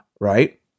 right